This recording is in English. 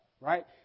right